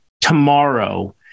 tomorrow